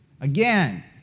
Again